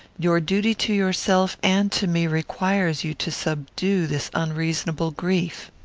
your duty to yourself and to me requires you to subdue this unreasonable grief.